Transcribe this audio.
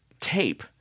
tape